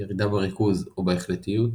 ירידה בריכוז\בהחלטיות,